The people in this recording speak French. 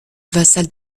vassal